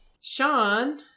Sean